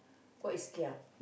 what is kia